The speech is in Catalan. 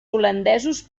holandesos